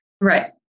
right